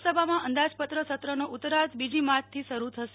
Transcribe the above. લોકસભામાં અંદાજપત્ર સત્રનો ઉતરાર્ધ બીજી માર્યથી શરૂ થશે